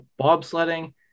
bobsledding